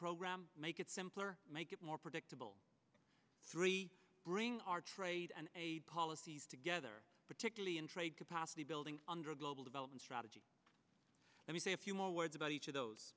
program make it simpler make it more predictable three bring our trade and a policies together particularly in trade capacity building under a global development strategy let me say a few more words about each of those